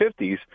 50s